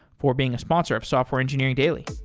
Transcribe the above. for being a sponsor of software engineering daily